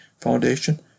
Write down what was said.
Foundation